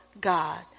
God